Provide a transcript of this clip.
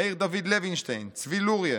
מאיר דוד לוינשטיין, צבי לוריא,